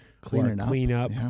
cleanup